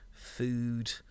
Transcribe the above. food